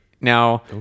Now